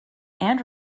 and